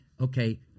Okay